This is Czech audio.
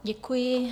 Děkuji.